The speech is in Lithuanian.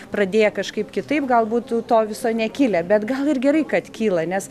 pradėję kažkaip kitaip galbūt to viso nekilę bet gal ir gerai kad kyla nes